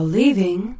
leaving